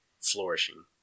flourishing